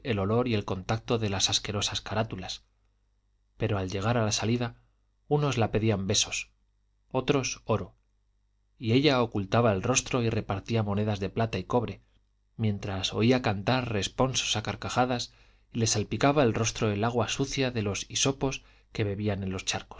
el olor y el contacto de las asquerosas carátulas pero al llegar a la salida unos la pedían besos otros oro y ella ocultaba el rostro y repartía monedas de plata y cobre mientras oía cantar responsos a carcajadas y le salpicaba el rostro el agua sucia de los hisopos que bebían en los